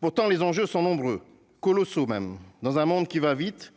pourtant les enjeux sont nombreux colossaux, même dans un monde qui va vite